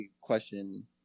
question